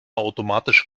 automatisch